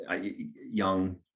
young